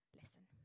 listen